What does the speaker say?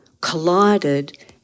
collided